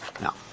Now